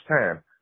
time